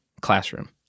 classroom